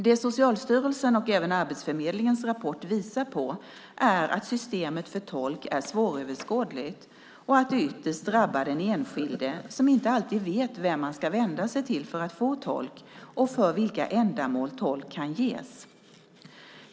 Det Socialstyrelsen och även Arbetsförmedlingens rapport visar på är att systemet för tolk är svåröverskådligt och att det ytterst drabbar den enskilde som inte alltid vet vem man ska vända sig till för att få tolk och för vilka ändamål tolk kan ges.